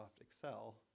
Excel